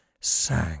sang